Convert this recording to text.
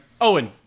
Owen